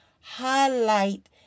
highlight